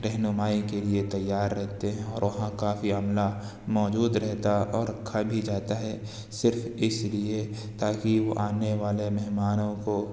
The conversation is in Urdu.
رہنمائی کے لیے تیار رہتے ہیں اور وہاں کافی عملہ موجود رہتا اور رکھا بھی جاتا ہے صرف اسی لیے تاکہ وہ آنے والے مہمانوں کو